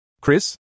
Chris